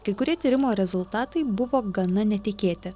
kai kurie tyrimo rezultatai buvo gana netikėti